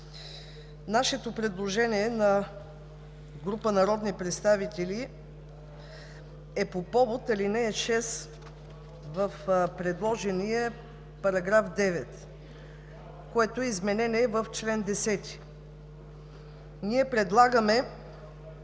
Нашето предложение – на група народни представители, е по повод ал. 6 в предложения § 9, което е изменение в чл. 10. Ние предлагаме